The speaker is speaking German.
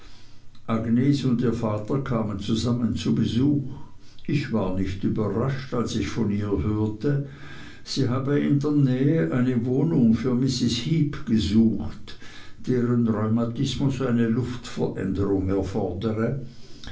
agnes und ihr vater kamen zusammen zu besuch ich war nicht überrascht als ich von ihr hörte sie habe in der nähe eine wohnung für mrs heep gesucht deren rheumatismus eine luftveränderung erfordere